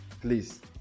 please